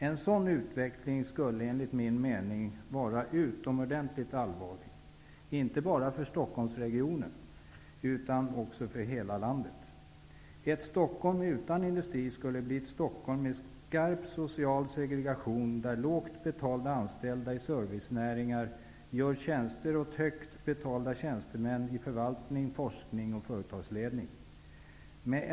En sådan utveckling skulle enligt min mening vara utomordentligt allvarlig, inte bara för Stockholmsregionen utan för hela landet. Ett Stockholm utan industri skulle bli ett Stockholm med skarp social segregation, där lågt betalda anställda i servicenäringar gör tjänster åt högt betalda tjänstemän i förvaltning, forskning, företagsledning etc.